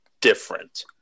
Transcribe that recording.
different